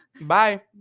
bye